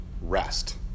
rest